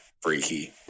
Freaky